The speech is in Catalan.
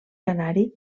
canari